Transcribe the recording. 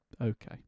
Okay